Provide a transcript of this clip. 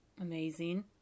amazing